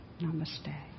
Namaste